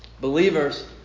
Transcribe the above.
Believers